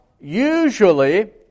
usually